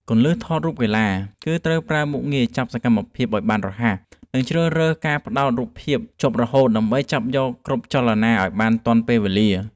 គន្លឹះថតរូបកីឡាគឺត្រូវប្រើមុខងារចាប់សកម្មភាពឱ្យបានរហ័ស និង ជ្រើសរើសការផ្ដោតរូបភាពជាប់រហូតដើម្បីចាប់យកគ្រប់ចលនាឱ្យបានទាន់ពេលវេលា។